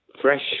fresh